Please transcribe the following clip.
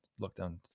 lockdown